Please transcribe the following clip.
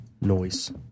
Noise